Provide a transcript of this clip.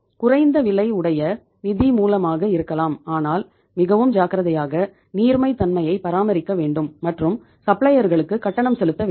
குறைந்த விலை உடைய நிதி மூலமாக இருக்கலாம் ஆனால் மிகவும் ஜாக்கிரதையாக நீர்மை தன்மையை பராமரிக்க வேண்டும் மற்றும் சப்ளையர்களுக்கு கட்டணம் செலுத்த வேண்டும்